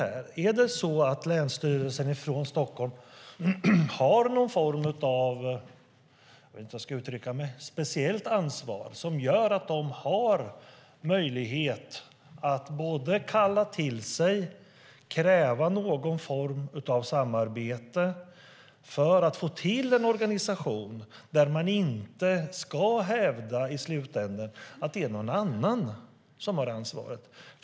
Är det Länsstyrelsen i Stockholm som har någon sorts - jag vet inte hur jag ska uttrycka mig - speciellt ansvar som gör det möjligt att sammankalla parterna och kräva något slags samarbete för att få till en organisation där man i slutändan inte hävdar att det är någon annan som har ansvaret?